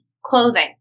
Clothing